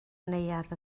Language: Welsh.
neuadd